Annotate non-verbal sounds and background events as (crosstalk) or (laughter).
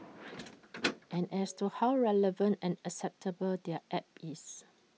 (noise) and as to how relevant and acceptable their app is